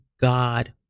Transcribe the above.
God